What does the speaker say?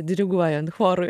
diriguojant chorui